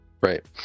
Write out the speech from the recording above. Right